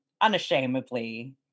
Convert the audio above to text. unashamedly